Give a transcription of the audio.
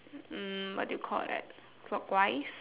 mm what do you call that clockwise